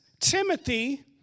Timothy